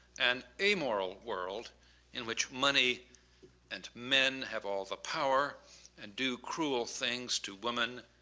an amoral world in which money and men have all the power and do cruel things to women,